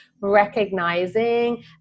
recognizing